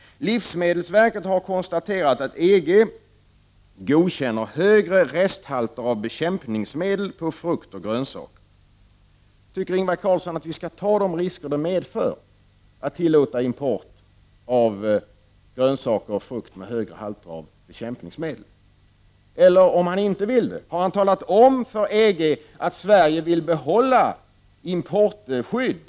Livsmedelsverket har konstaterat att EG godkänner högre resthalter av bekämpningsmedel i frukt och grönsaker. Tycker Ingvar Carlsson att vi skall ta de risker det medför att tillåta import av frukt och grönsaker med högre halter av bekämpningsmedel? Om han inte vill det, har han då talat om för EG att Sverige vill behålla importskyddet?